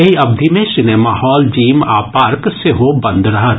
एहि अवधि मे सिनेमा हॉल जिम आ पार्क सेहो बंद रहत